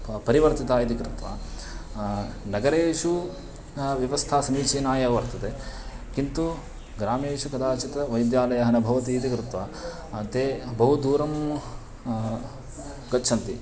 प परिवर्तिता इति कृत्वा नगरेषु व्यवस्था समीचीना एव वर्तते किन्तु ग्रामेषु कदाचित् वैद्यालयः न भवति इति कृत्वा ते बहु दूरं गच्छन्ति